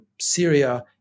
Syria